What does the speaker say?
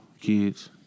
kids